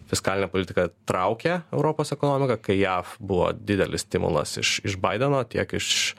fiskalinė politika traukia europos ekonomiką kai jav buvo didelis stimulas iš iš baideno tiek iš